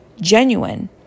genuine